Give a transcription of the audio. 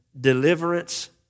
Deliverance